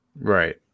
Right